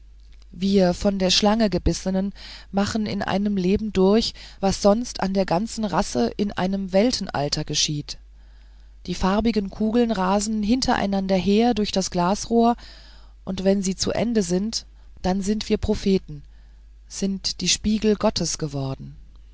wir von der schlange gebissenen machen in einem leben durch was sonst an der ganzen rasse in einem weltenalter geschieht die farbigen kugeln rasen hintereinander her durch das glasrohr und wenn sie zu ende sind dann sind wir propheten sind die spiegel gottes geworden